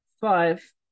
five